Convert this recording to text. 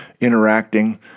interacting